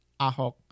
Ahok